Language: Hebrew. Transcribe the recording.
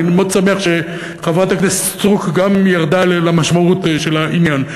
אני מאוד שמח שחברת הכנסת סטרוק גם ירדה למשמעות של העניין,